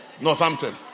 Northampton